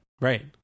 Right